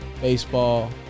baseball